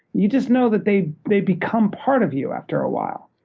you just know that they they become part of you after a while.